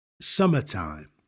Summertime